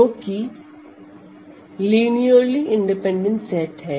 जो कि linearly independent set है